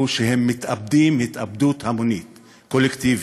שהם מתאבדים התאבדות המונית קולקטיבית.